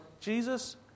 Jesus